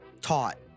taught